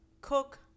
cook